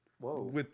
Whoa